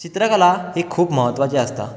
चित्रकला ही खूब म्हत्वाची आसता